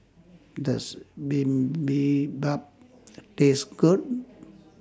Does Bibimbap Taste Good